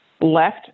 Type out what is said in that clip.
left